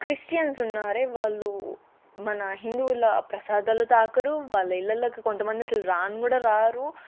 Christians ఉన్నారే వాళ్ళు మన హిందువుల ప్రసాదాలు తాకరు వాళ్ళ ఇళ్ళల్లోకి కొంతమంది రాను కూడా రారు